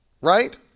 Right